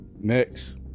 Next